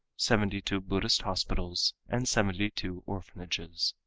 seventy two buddhist hospitals and seventy two orphanages.